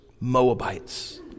Moabites